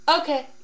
Okay